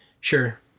Sure